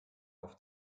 auf